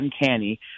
uncanny